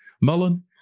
Mullen